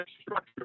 structure